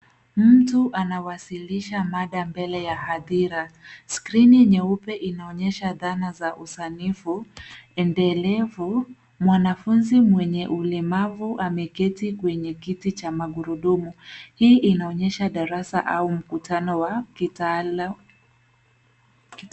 Mtu anawasilisha mada mbele ya hadhira. Skrini nyeupe inaonyesha dhana za usanifu endelevu. Mwanafunzi mwenye ulemavu ameketi kwenye kiti cha magurudumu, hii inaonyesha darasa au mkutano wa kitaalam.